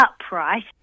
upright